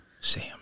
Sam